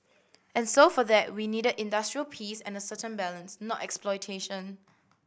and so for that we needed industrial peace and a certain balance not exploitation